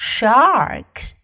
Sharks